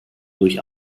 durch